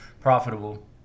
profitable